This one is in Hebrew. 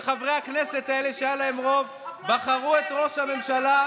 וחברי הכנסת האלה שהיה להם רוב בחרו את ראש הממשלה,